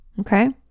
Okay